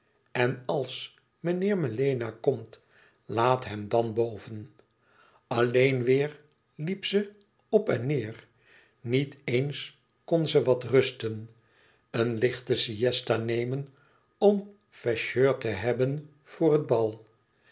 en als meneer melena komt laat hem dan boven alleen weêr liep ze op en neêr niet eens kon ze wat rusten een lichte siësta nemen om fraîcheur te hebben voor het bal